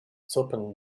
zirpen